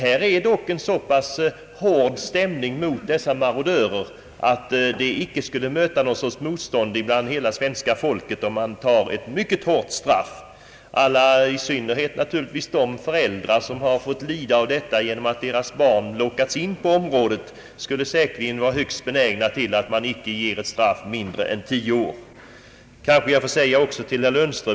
Det råder en så hård stämning mot dessa marodörer att det inte skulle möta något nämnvärt motstånd hos svenska folket, om man beslutar ett mycket hårt straff. De föräldrar som har fått lida genom att deras barn lockats in på narkotikamissbruk skulle säkerligen vara högst benägna till en straffskärpning som innebar fängelse i inte mindre än tio år.